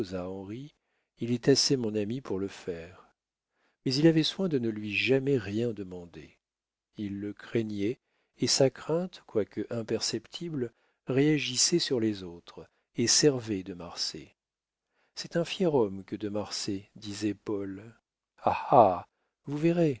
il est assez mon ami pour le faire mais il avait soin de ne lui jamais rien demander il le craignait et sa crainte quoique imperceptible réagissait sur les autres et servait de marsay c'est un fier homme que de marsay disait paul ha ha vous verrez